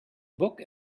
book